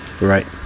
Right